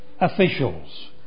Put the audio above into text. officials